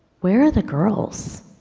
where are the girls?